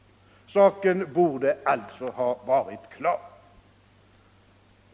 Saken borde alltså ha varit klar.